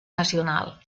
nacional